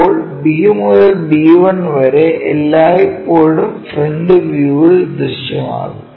ഇപ്പോൾ B മുതൽ B1 വരെ എല്ലായ്പ്പോഴും ഫ്രന്റ് വ്യൂവിൽ ദൃശ്യമാകും